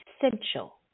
essential